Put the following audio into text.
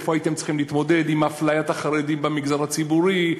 איפה הייתם צריכים להתמודד עם אפליית חרדים במגזר הציבורי,